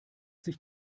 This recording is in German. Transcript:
sich